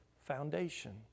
foundation